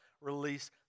release